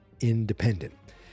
independent